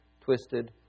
twisted